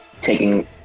taking